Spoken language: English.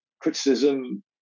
criticism